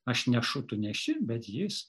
aš nešu tu neši bet jis